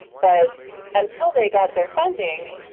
but until they got their funding,